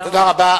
תודה רבה.